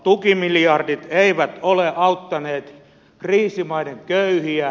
tukimiljardit eivät ole auttaneet kriisimaiden köyhiä